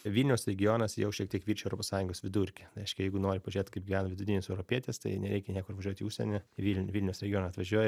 vilniaus regionas jau šiek tiek viršijo europos sąjungos vidurkį reiškia jeigu nori pažiūrėt kaip gyvena vidutinis europietis tai nereikia niekur važiuot į užsienį į vilnių vilniaus regioną atvažiuoji